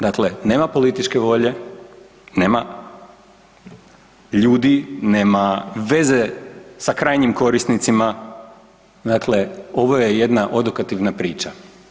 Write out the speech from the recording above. Dakle, nema političke volje, nema ljudi, nema veze sa krajnjim korisnicima, dakle ovo je jedna odokativna priča.